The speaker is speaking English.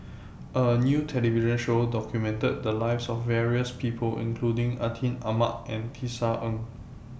A New television Show documented The Lives of various People including Atin Amat and Tisa Ng